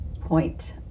point